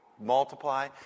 multiply